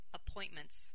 appointments